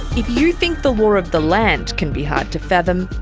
if you think the law of the land can be hard to fathom,